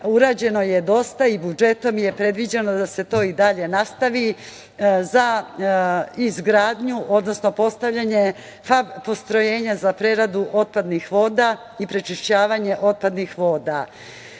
urađeno je dosta i budžetom je predviđeno da se to i dalje nastavi za postavljanje fab postrojenja za preradu otpadnih voda i prečišćavanje otpadnih voda. Prema